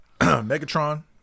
Megatron